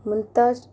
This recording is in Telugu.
ముంతాజ్